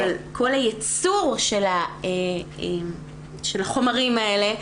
אבל כל הייצור של החומרים האלה,